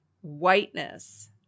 whiteness